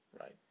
right